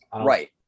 right